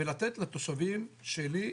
לתת לתושבים שלי,